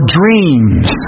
dreams